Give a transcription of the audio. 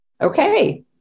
Okay